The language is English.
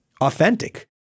authentic